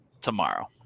tomorrow